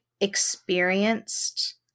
experienced